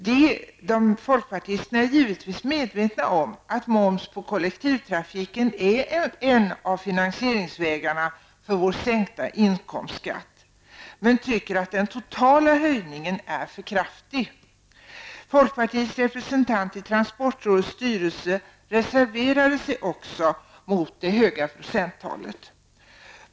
Vi i folkpartiet är givetvis medvetna om att moms på kollektivtrafiken är en av finansieringsvägarna för vår sänkta inkomstskatt, men vi anser att den totala höjningen är för kraftig. Folkpartiets representant i transportrådets styrelse reserverade sig också mot det höga procenttalet.